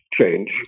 change